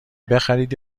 بخرید